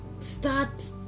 start